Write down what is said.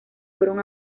fueron